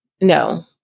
No